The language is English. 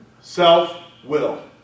Self-will